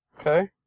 Okay